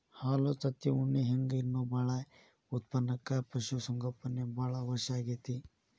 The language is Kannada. ಹಾಲು ತತ್ತಿ ಉಣ್ಣಿ ಹಿಂಗ್ ಇನ್ನೂ ಬಾಳ ಉತ್ಪನಕ್ಕ ಪಶು ಸಂಗೋಪನೆ ಬಾಳ ಅವಶ್ಯ ಆಗೇತಿ